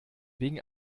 wegen